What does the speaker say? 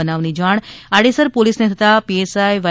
બનાવની જાણ આડેસર પોલીસને થતા પીએસઆઈ વાય